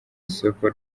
isoko